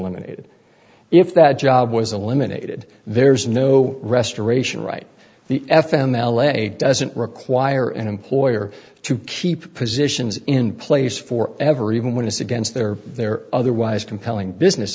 liminated if that job was eliminated there's no restoration right the f m l a doesn't require an employer to keep positions in place for ever even when it's against their their otherwise compelling business